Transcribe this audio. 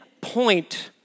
point